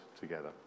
together